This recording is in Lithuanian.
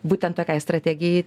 būtent tokiai strategijai